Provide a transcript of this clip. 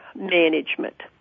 management